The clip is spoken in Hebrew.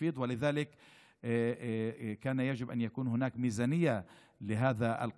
ולכן היה צריך להיות תקציב לחוק הזה.